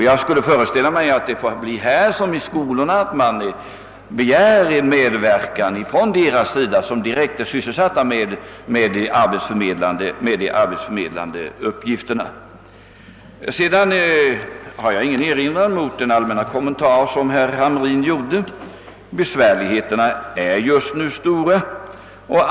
Jag föreställer mig att det kommer att bli där som i skolorna att man begär en medverkan av dem som direkt är sysselsatta med de arbetsförmedlande uppgifterna. Sedan har jag ingen erinran att göra mot herr Hamrins i Kalmar allmänna kommentar. Besvärligheterna är stora just nu.